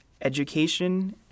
education